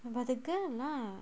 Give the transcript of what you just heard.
about the girl lah